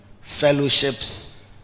fellowships